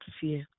fear